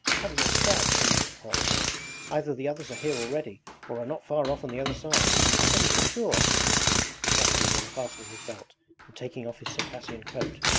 that was a scout swimming across either the others are here already or are not far off on the other side i tell you for sure lukashka was unfastening his belt and taking off his circassian coat.